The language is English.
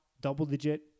Double-digit